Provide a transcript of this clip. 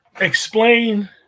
explain